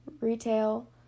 Retail